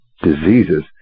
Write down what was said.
diseases